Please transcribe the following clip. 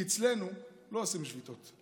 כי אצלנו לא עושים שביתות.